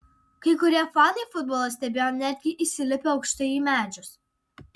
kai kurie fanai futbolą stebėjo netgi įsilipę aukštai į medžius